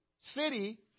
city